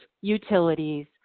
utilities